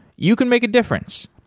you can make a difference.